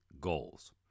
goals